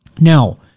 Now